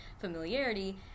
familiarity